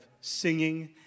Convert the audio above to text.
singing